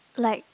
like